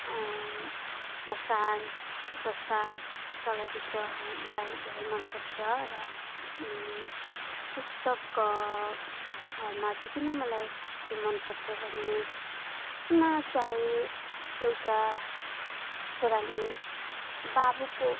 मसान जस्ता चलचित्रहरू मलाई धेरै मन पर्छ र पुस्तकहरूमा चाहिँ किन मलाई त्यो मन पर्छ भने यसमा चाहिँ एउटा छोराले बाबुको